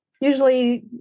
usually